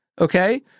Okay